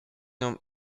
nią